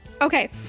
Okay